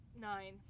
nine